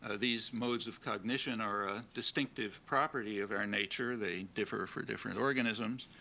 ah these modes of cognition are a distinctive property of our nature. they differ for different organisms.